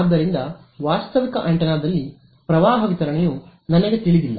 ಆದ್ದರಿಂದ ವಾಸ್ತವಿಕ ಆಂಟೆನಾದಲ್ಲಿ ಪ್ರವಾಹ ವಿತರಣೆಯು ನನಗೆ ತಿಳಿದಿಲ್ಲ